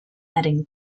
adding